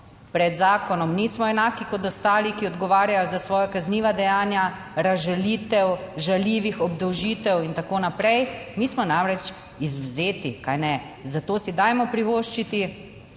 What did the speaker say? pred zakonom nismo enaki kot ostali, ki odgovarjajo za svoja kazniva dejanja, razžalitve, žaljive obdolžitve in tako naprej. Mi smo namreč izvzeti. Kajne? Zato si dajmo privoščiti,